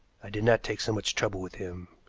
i did not take so much trouble with him,